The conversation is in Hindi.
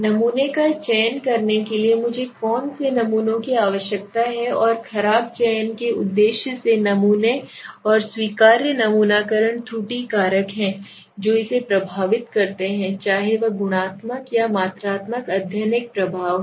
नमूने का चयन करने के लिए मुझे कौन से नमूनों की आवश्यकता है और खराब चयन करने के उद्देश्य से नमूने और स्वीकार्य नमूनाकरण त्रुटि कारक हैं जो इसे प्रभावित करते हैं चाहे वह गुणात्मक या मात्रात्मक अध्ययन एक प्रभाव है